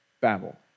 Babel